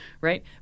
right